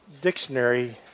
dictionary